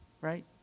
right